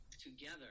together